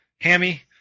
Hammy